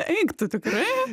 eik tu tikrai